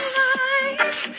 life